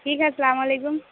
ٹھیک ہے السلام علیکم